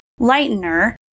Lightner